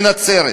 או מנצרת.